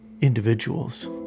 individuals